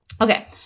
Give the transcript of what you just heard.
Okay